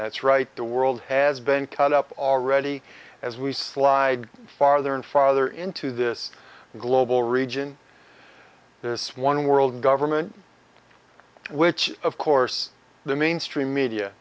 that's right the world has been cut up already as we slide farther and farther into this global region this one world government which of course the mainstream media